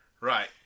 Right